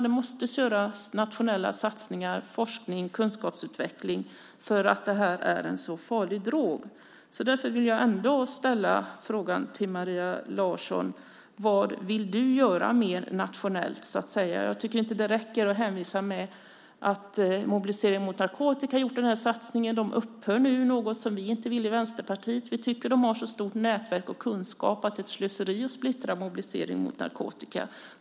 Det måste göras nationella satsningar med forskning och kunskapsutveckling eftersom detta är en sådan farlig drog. Maria Larsson, vad vill du göra mer nationellt? Det räcker inte att hänvisa till att Mobilisering mot narkotika har gjort denna satsning. Den upphör nu, vilket är något som vi i Vänsterpartiet inte vill. Vi tycker att de har så stort nätverk och stor kunskap att det är ett slöseri att splittra Mobilisering mot narkotika.